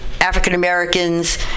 African-Americans